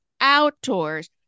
outdoors